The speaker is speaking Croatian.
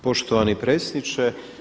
Poštovani predsjedniče.